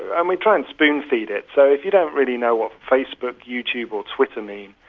and we try and spoon-feed it, so if you don't really know what facebook, youtube or twitter means,